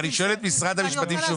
ואני שואל את משרד המשפטים,